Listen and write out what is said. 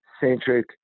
centric